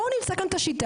בואו נמצא כאן את השיטה,